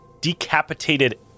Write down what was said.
decapitated